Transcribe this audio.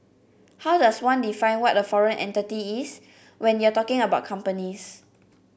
how does one define what a foreign entity is when you're talking about companies